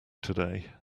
today